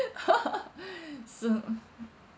soon